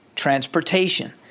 transportation